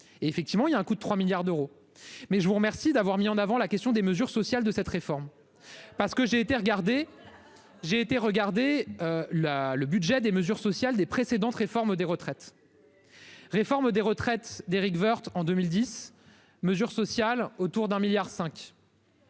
et effectivement il y a un coût de 3 milliards d'euros. Mais je vous remercie d'avoir mis en avant la question des mesures sociales de cette réforme. Parce que j'ai été regardé. J'ai été regardé la le budget des mesures sociales des précédentes réformes des retraites. Réforme des retraites d'Éric Woerth en 2010 mesures sociales autour d'un milliard 5.